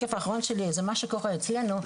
זה מה שקורה אצלנו.